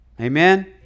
Amen